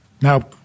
Now